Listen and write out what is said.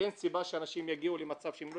אין סיבה שאנשים יגיעו למצב שהם לא